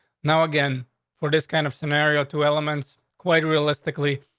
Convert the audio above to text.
now again for this kind of scenario. two elements, quite realistically.